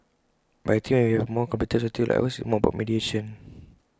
but I think when we have A more complicated society like ours it's more about mediation